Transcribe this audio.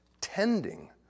tending